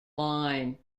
line